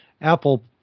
Apple